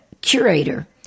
curator